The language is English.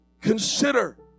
Consider